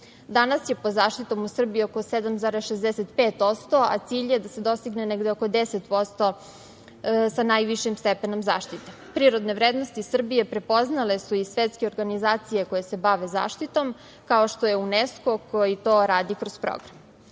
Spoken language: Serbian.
Danas je pod zaštitom u Srbiji oko 7,65%, a cilj je da se dostigne negde oko 10% sa najvišim stepenom zaštite. Prirodne vrednosti Srbije prepoznale su i svetske organizacije koje se bave zaštitom, kao što je UNESKO koji to radi kroz program. Čovek